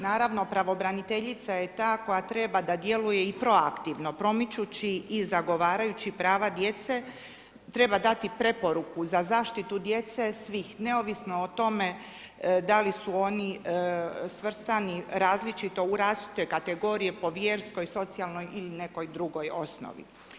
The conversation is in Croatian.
Naravno pravobraniteljica je ta koja treba da djeluje i proaktivno, promičući i zagovarajući prava djece, treba dati preporuku za zaštitu djece, svih, neovisno o tome, da li su oni svrstani različito u različite kat ogrije, po vjerskoj, socijalnoj ili nekoj drugoj osnovi.